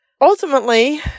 ultimately